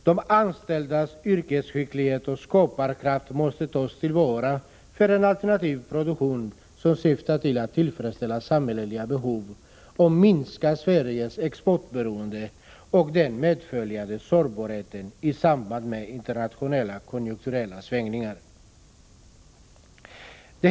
De anställdas yrkesskicklighet och skaparkraft måste tas till vara för en alternativ produktion, som syftar till att tillfredsställa samhälleliga behov samt minska Sveriges exportberoende och den därav följande sårbarheten i samband med internationella konjunkturella svängningar.